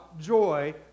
joy